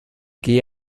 geh